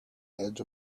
edge